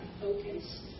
focus